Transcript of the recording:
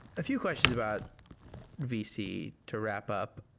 a few questions about vc to wrap up.